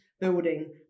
building